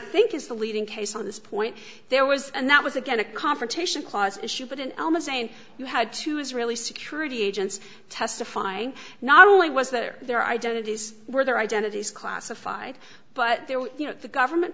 think is the leading case on this point there was and that was again a confrontation clause issue but in elma saying you had two israeli security agents testifying not only was there their identities were their identities classified but there were you know the government